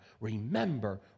remember